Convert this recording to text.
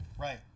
Right